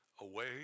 away